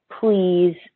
please